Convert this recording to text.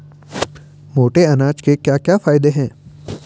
मोटे अनाज के क्या क्या फायदे हैं?